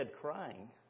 crying